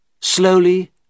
slowly